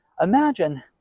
Imagine